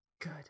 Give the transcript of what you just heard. good